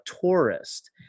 tourist